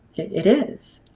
it is.